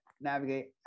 navigate